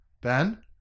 Ben